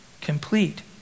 complete